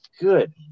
good